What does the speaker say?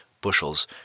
bushels